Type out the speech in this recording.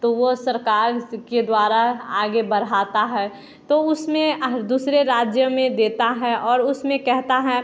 तो वो सरकार के द्वारा आगे बढ़ाता है तो उसमें हर दूसरे राज्य में देता है और उसमें कहता है